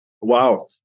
wow